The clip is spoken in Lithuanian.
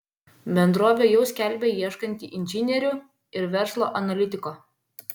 bendrovė jau skelbia ieškanti inžinierių ir verslo analitiko